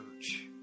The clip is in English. church